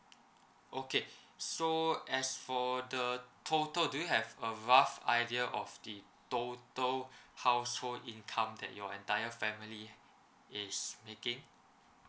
okay so as for the total do you have a rough idea of the total household income that your entire family is making